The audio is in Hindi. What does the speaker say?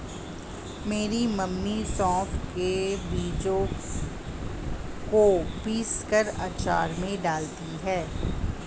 मेरी मम्मी सौंफ के बीजों को पीसकर अचार में डालती हैं